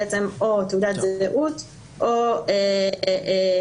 או בתעודת זהות או בדרכון.